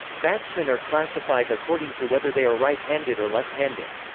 batsmen are classified according to whether they are right-handed or left-handed.